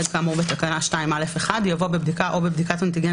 כאמור בתקנה 2(א)(1)" יבוא "בבדיקה או בבדיקת אנטיגן